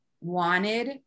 wanted